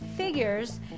figures